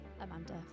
Amanda